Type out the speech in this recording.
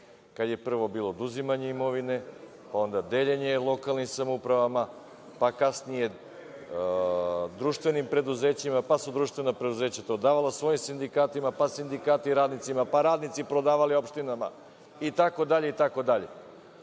kada je prvo bilo oduzimanje imovine, pa onda deljenje lokalnim samoupravama, pa kasnije društvenim preduzećima, pa su društvena preduzeća to davala svojim sindikatima, pa sindikati radnicima, pa radnici prodavali opštinama itd. Ono što je